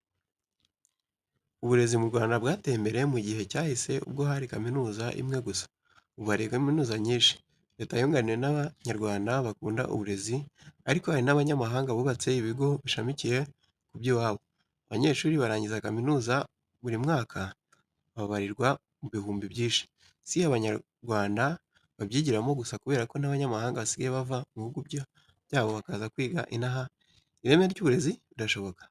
Uburezi mu Rwanda bwateye imbere mu gihe cyahise ubwo hari kaminuza imwe gusa, ubu hari kaminuza nyinshi. Leta yunganiwe n'Abanyarwanda bakunda uburezi, ariko hari n'abanyamahanga bubatse ibigo bishamikiye ku by'iwabo. Abanyeshuri barangiza kaminuza buri mwaka barabarirwa mu bihumbi byinshi. Si Abanyarwanda babyigiramo gusa kubera ko n'abanyamahanga basigaye bava mu bihugu byabo bakaza kwigira inaha. Ireme ry'uburezi? Birashoboka.